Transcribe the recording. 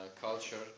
culture